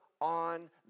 on